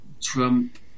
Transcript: Trump